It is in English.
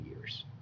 years